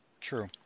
True